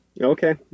Okay